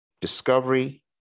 discovery